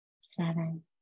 seven